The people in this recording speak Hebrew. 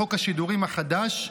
חוק השידורים החדש,